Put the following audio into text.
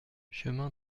chemin